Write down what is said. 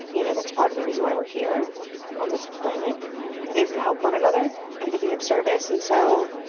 you know, that's part of the reason why we're here on this planet is to help one another and to be of service. and so.